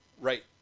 Right